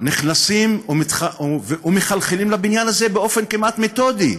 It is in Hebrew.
נכנסים ומחלחלים לבניין הזה כמעט באופן מתודי,